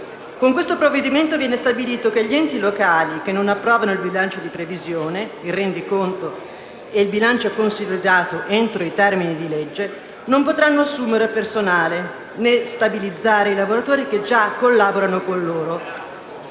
con questo provvedimento viene stabilito che gli enti locali che non approvano il bilancio di previsione, il rendiconto e il bilancio consolidato entro i termini di legge non potranno assumere personale, né stabilizzare i lavoratori che già collaborano con loro.